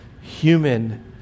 human